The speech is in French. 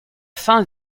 fin